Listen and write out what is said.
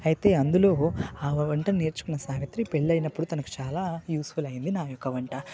అయితే అందులో ఆ వంట నేర్చుకున్న సావిత్రి పెళ్లళ్ళి అయినప్పుడు తనకు చాలా యూజుఫుల్ అయ్యింది నా యొక్క వంట